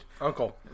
Uncle